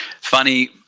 funny